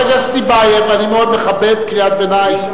חבר הכנסת טיבייב, אני מאוד מכבד קריאת ביניים.